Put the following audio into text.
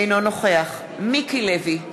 אינו נוכח מיקי לוי,